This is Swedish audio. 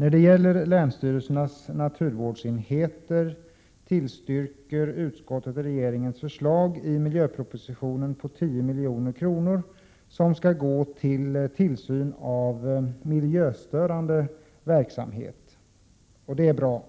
När det gäller länsstyrelsernas naturvårdsenheter tillstyrker utskottet regeringens förslag i miljöpropositionen på 10 milj.kr. som skall gå till tillsyn av miljöstörande verksamhet. Det är bra.